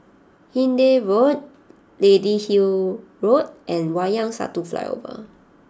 Hindhede Road Lady Hill Road and Wayang Satu Flyover